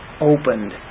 opened